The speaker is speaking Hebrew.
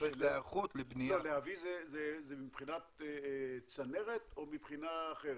צריך היערכות לבנייה --- להביא צנרת או מבחינה אחרת?